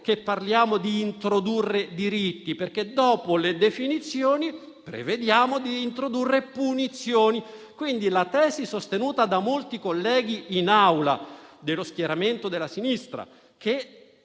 che parliamo di introdurre diritti, perché, dopo le definizioni, prevediamo di introdurre punizioni; quindi, la tesi sostenuta da molti colleghi in Aula dello schieramento della sinistra, che